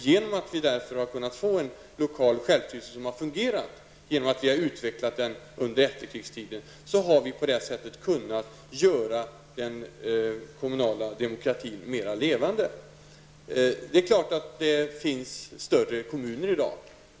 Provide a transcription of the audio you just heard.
Då vi har kunnat få en lokal självstyrelse som har fungerat, genom att den utvecklats under efterkrigstiden, har vi kunnat få den kommunala demokratin mera levande. Det är klart att det finns större kommuner i dag.